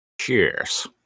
Cheers